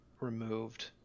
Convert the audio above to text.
removed